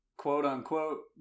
quote-unquote